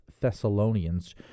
Thessalonians